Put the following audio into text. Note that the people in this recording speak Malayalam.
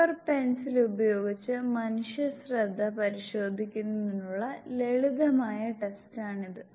പേപ്പർ പെൻസിൽ ഉപയോഗിച്ച് മനുഷ്യ ശ്രദ്ധ പരിശോധിക്കുന്നതിനുള്ള ലളിതമായ ടെസ്റ്റാണിത്